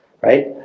Right